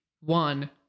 one